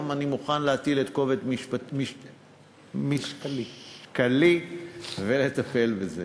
גם אני מוכן להטיל את כובד משקלי ולטפל בזה.